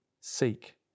seek